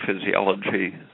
physiology